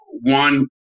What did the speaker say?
one